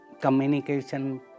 communication